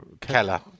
Keller